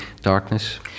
darkness